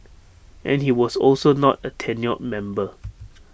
and he was also not A tenured member